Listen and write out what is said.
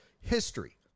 history